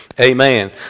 amen